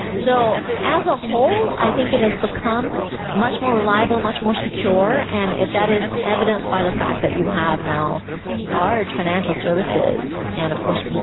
so as a whole, i think it has become much more reliable, much more secure, and that is evidenced by the fact that you have now large financial services and, of course,